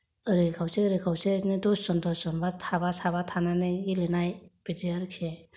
ओरै खावसे ओरै खावसे बिदिनो दस जन दस जन बा थाबा साबा थानानै गेलेनाय बिदि आरोखि